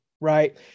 right